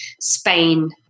Spain